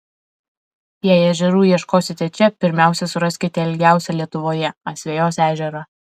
jei ežerų ieškosite čia pirmiausia suraskite ilgiausią lietuvoje asvejos ežerą